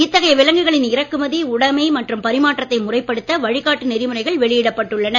இத்தகைய விலங்குகளின் இறக்குமதி உடைமை மற்றும் பரிமாற்றத்தை முறைப்படுத்த வழிகாட்டு நெறிமுறைகள் வெளியிடப் பட்டுள்ளன